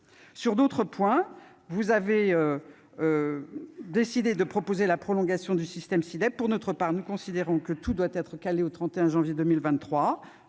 parfois ! Vous avez également proposé la prorogation du système SI-DEP. Pour notre part, nous considérons que tout doit être calé au 31 janvier 2023.